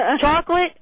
chocolate